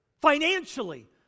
financially